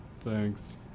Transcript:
Thanks